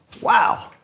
Wow